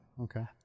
okay